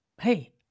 hey